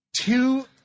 Two